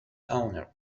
owner